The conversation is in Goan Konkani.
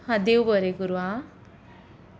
हां देव बरें करूं आं